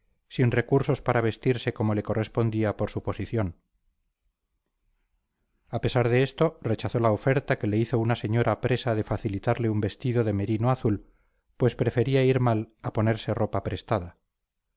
sin recursos para vestirse como le correspondía por su posición a pesar de esto rechazó la oferta que le hizo una señora presa de facilitarle un vestido de merino azul pues prefería ir mal a ponerse ropa prestada